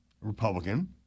Republican